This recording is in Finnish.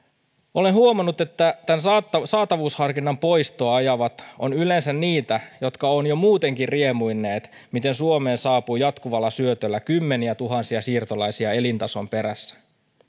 olen huomannut että saatavuusharkinnan poistoa ajavat ovat yleensä niitä jotka ovat jo muutenkin riemuinneet miten suomeen saapuu jatkuvalla syötöllä kymmeniätuhansia siirtolaisia elintason perässä